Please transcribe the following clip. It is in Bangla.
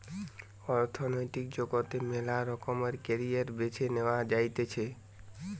অর্থনৈতিক জগতে মেলা রকমের ক্যারিয়ার বেছে নেওয়া যাতিছে